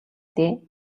дээ